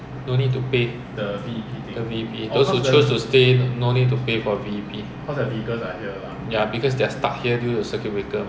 then in a way because 我们这边需要他们的 staff mah we need their manpower and labour they don't need our manpower and labour